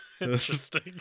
Interesting